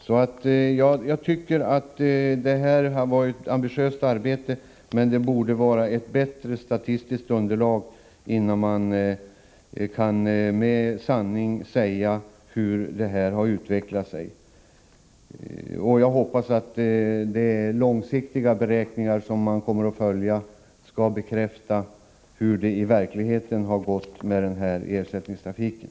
Svaret tyder på ett ambitiöst arbete, men det borde finnas ett bättre statistiskt underlag innan man med säkerhet kan säga hur det hela har utvecklat sig. Jag hoppas att de långsiktiga beräkningar som kommer att göras kommer att bekräfta hur det i verkligheten har gått med ersättningstrafiken.